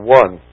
one